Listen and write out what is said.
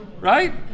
right